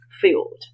field